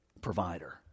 provider